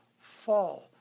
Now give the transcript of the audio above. fall